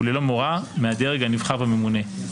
וללא מורא מהדרג הנבחר והממונה".